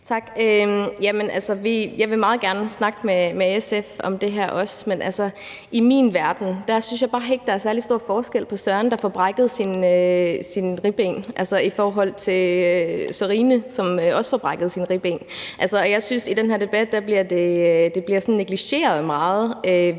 Jamen jeg vil meget gerne snakke med SF om det her også, men altså, i min verden er der bare ikke særlig stor forskel, synes jeg, på Søren, der får brækket sine ribben, og Sørine, som også får brækket sine ribben, og jeg synes, at i den her debat bliver det sådan negligeret meget,